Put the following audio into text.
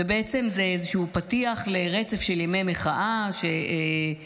ובעצם זה איזשהו פתיח לרצף של ימי מחאה שיימשכו